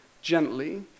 gently